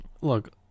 Look